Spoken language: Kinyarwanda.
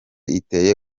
iteye